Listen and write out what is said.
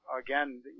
again